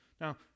Now